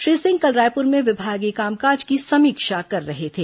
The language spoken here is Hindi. श्री सिंह कल रायपुर में विभागीय कामकाज की समीक्षा कर रहे थे